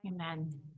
Amen